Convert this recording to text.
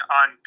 on